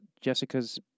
Jessica's